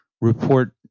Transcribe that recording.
report